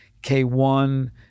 K1